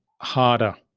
harder